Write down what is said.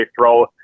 throw